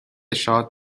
شاد